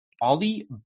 Ali